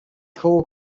coal